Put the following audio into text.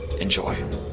Enjoy